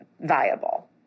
viable